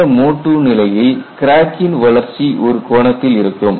தூய mode II நிலையில் கிராக்கின் வளர்ச்சி ஒரு கோணத்தில் இருக்கும்